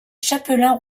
chapelain